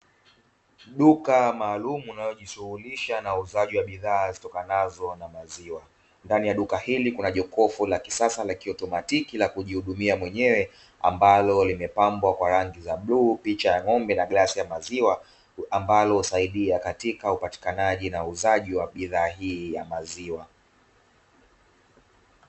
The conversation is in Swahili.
Duka maalumu linalojishughulisha na uuzaji wa bidhaa zitokanazo na maziwa, ndani ya duka hili kuna jokofu la kisasa la kiautomatiki la kujihudumia mwenyewe ambalo imepambwa na rangi ya bluu, picha ya ng'ombe na glasi ya maziwa, ambalo husaidia katika upatikanaji na uuzaji wa bidhaa hii ya maziwa.